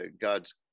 God's